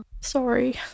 Sorry